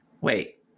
Wait